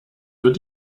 wird